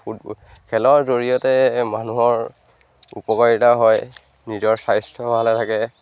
football খেলৰ জৰিয়তে মানুহৰ উপকাৰিতা হয় নিজৰ স্বাস্থ্য ভালে থাকে